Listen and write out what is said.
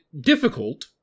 difficult